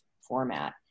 format